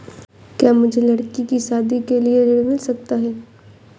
क्या मुझे लडकी की शादी के लिए ऋण मिल सकता है?